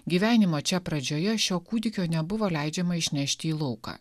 gyvenimo čia pradžioje šio kūdikio nebuvo leidžiama išnešti į lauką